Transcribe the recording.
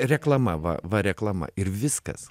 reklama va va reklama ir viskas